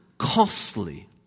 costly